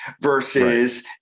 versus